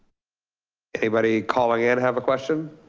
anybody calling and have a question?